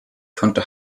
konnte